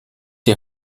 die